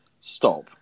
stop